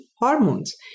hormones